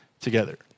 together